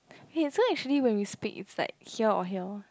hey so actually when we speak it's like here or here